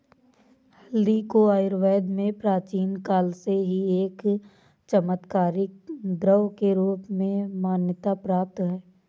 हल्दी को आयुर्वेद में प्राचीन काल से ही एक चमत्कारिक द्रव्य के रूप में मान्यता प्राप्त है